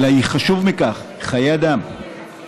אלא חשוב מכך חיי אדם.